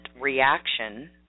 reaction